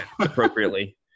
appropriately